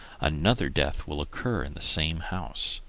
another death will occur in the same house.